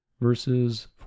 Verses